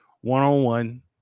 one-on-one